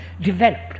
developed